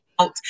out